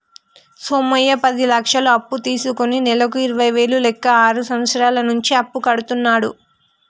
సోమయ్య పది లక్షలు అప్పు తీసుకుని నెలకు ఇరవై వేల లెక్క ఆరు సంవత్సరాల నుంచి అప్పు కడుతున్నాడు